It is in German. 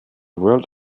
world